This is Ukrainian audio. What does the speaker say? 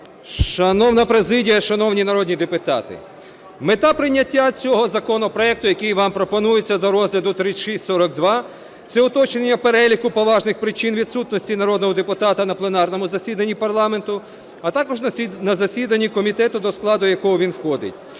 Шановна президія, шановні народні депутати, мета прийняття цього законопроекту, який вам пропонується до розгляду (3642) - це уточнення переліку поважних причин відсутності народного депутата на пленарному засіданні парламенту, а також на засіданні комітету, до складу якого він входить.